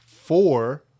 Four